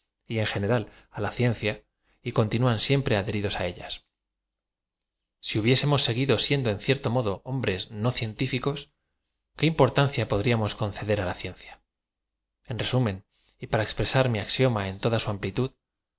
y en general á la cien cia y continúan siempre adheridos á ellas i hubiésemos seguido siendo en cierto modo hombres no cientificos iqué im portancia podríamoa conceder á la ciencia en resumen y para e z p r e w mi axiom a ea toda su amplitud